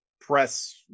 press